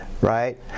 right